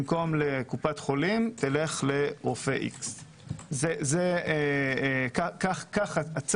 במקום לקופת חולים - תלך לרופא X. כך החוק,